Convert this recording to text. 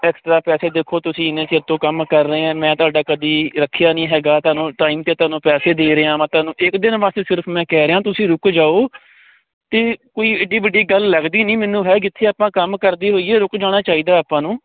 extra ਪੈਸੇ ਦੇਖੋ ਤੁਸੀਂ ਇਨੇ ਚਿਰ ਤੋਂ ਕੰਮ ਕਰ ਰਹੇ ਆ ਮੈਂ ਤੁਹਾਡਾ ਕਦੀ ਰੱਖਿਆ ਨਹੀਂ ਹੈਗਾ ਤੁਹਾਨੂੰ ਟਾਈਮ ਤੇ ਤੁਹਾਨੂੰ ਪੈਸੇ ਦੇ ਰਿਹਾ ਵਾ ਤੁਹਾਨੂੰ ਇੱਕ ਦਿਨ ਵਾਸਤੇ ਸਿਰਫ ਮੈਂ ਕਹਿ ਰਿਹਾ ਤੁਸੀਂ ਰੁਕ ਜਾਓ ਤੇ ਕੋਈ ਇਡੀ ਵੱਡੀ ਗੱਲ ਲੱਗਦੀ ਨਹੀਂ ਮੈਨੂੰ ਹੈ ਕਿੱਥੇ ਆਪਾਂ ਕੰਮ ਕਰਦੇ ਹੋਈਏ ਰੁਕ ਜਾਣਾ ਚਾਹੀਦਾ ਆਪਾਂ ਨੂੰ